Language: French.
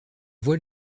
voit